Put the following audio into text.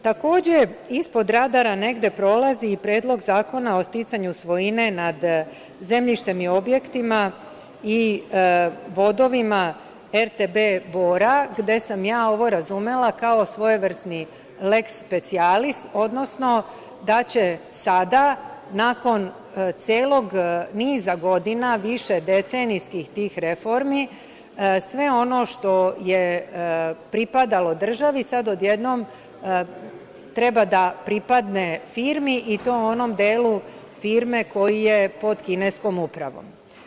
Takođe, ispod radara negde prolazi i Predlog zakona o sticanju svojine nad zemljištem i objektima i vodovima RTB Bora, gde sam ja ovo razumela kao svojevrsni leks specijalis, odnosno da će sada nakon celog niza godina, višedecenijskih tih reformi sve ono što je pripadalo državi, sada odjednom treba da pripadne firmi i to onom delu firme koji je pod kineskom upravom.